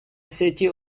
city